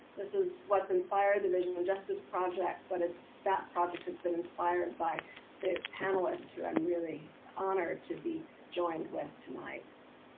this is what's inspired the vision and justice project but it's that project has been inspired by the panelist who i'm really honored to be joined with tonight.